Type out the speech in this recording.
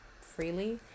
freely